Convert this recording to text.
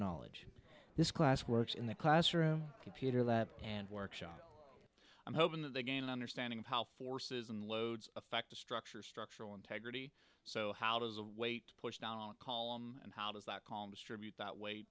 knowledge this class works in the classroom computer lab and workshop i'm hoping that they gain an understanding of how forces and loads affect the structure of structural integrity so how does a weight push down a column and how does that columns tribute that w